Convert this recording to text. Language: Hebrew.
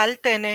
טל-טנא